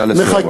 נא לסיים.